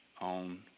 on